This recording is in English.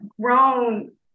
grown